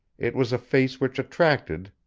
it was a face which attracted,